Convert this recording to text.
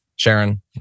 Sharon